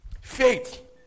Faith